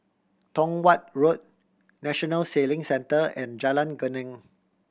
Tong Watt Road National Sailing Centre and Jalan Geneng